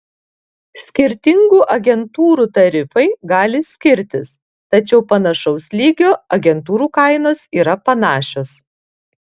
skirtingų agentūrų tarifai gali skirtis tačiau panašaus lygio agentūrų kainos yra panašios